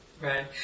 Right